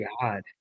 God